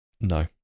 No